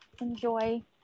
enjoy